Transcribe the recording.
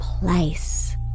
place